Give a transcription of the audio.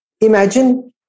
Imagine